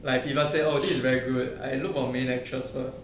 like people say oh this is very good I look for main actress first